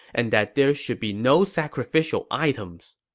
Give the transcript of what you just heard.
and that there should be no sacrificial items.